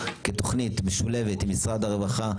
יושבת-ראש העמותה הישראלית למניעה,